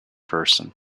person